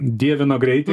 dievino greitį